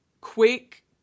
quick